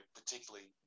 particularly